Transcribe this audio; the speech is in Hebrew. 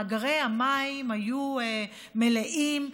מאגרי המים היו מלאים,